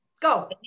Go